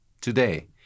today